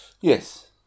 Yes